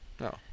No